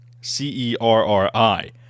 C-E-R-R-I